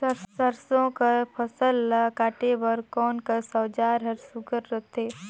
सरसो कर फसल ला काटे बर कोन कस औजार हर सुघ्घर रथे?